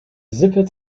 sippe